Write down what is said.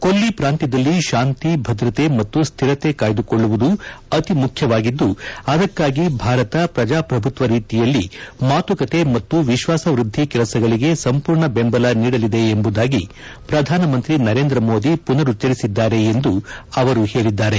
ಕೊಲ್ಲಿ ಪ್ರಾಂತ್ಯದಲ್ಲಿ ಶಾಂತಿ ಭದ್ರತೆ ಮತ್ತು ಸ್ಥಿರತೆ ಕಾಯ್ದುಕೊಳ್ಳುವುದು ಅತಿ ಮುಖ್ಯವಾಗಿದ್ದು ಅದಕ್ಕಾಗಿ ಭಾರತ ಪ್ರಜಾಪ್ರಭುತ್ತ ರೀತಿಯಲ್ಲಿ ಮಾತುಕತೆ ಮತ್ತು ವಿಶ್ಲಾಸವ್ವದ್ಲಿ ಕೆಲಸಗಳಿಗೆ ಸಂಪೂರ್ಣ ಬೆಂಬಲ ನೀಡಲಿದೆ ಎಂಬುದಾಗಿ ಪ್ರಧಾನಮಂತ್ರಿ ನರೇಂದ್ರ ಮೋದಿ ಪುನರುಚ್ಚರಿಸಿದ್ದಾರೆ ಎಂದು ಅವರು ಹೇಳಿದ್ದಾರೆ